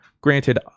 Granted